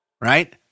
right